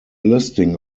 listing